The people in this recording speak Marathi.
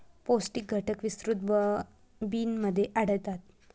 पौष्टिक घटक विस्तृत बिनमध्ये आढळतात